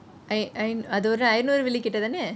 I அது ஒரு ஐநூறு வெள்ளிக்கு தானே:athu oru ainooru veliku thaane